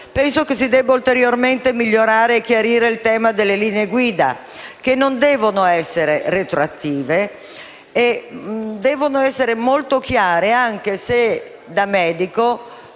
Penso si debba ulteriormente migliorare e chiarire il tema delle linee guida, che non devono essere retroattive e devono essere molto chiare, anche se da medico